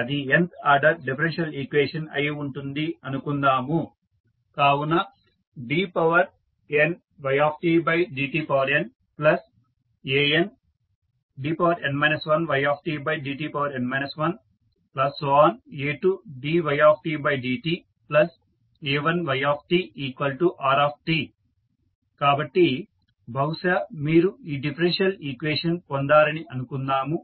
అది nth order differential equation అయి ఉంటుంది అనుకుందాము కావున dnydtnandn 1ydtn 1a2dytdta1ytrt కాబట్టి బహుశా మీరు ఈ డిఫరెన్షియల్ ఈక్వేషన్ పొందారని అనుకుందాము